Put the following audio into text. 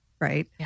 right